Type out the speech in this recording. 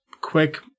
quick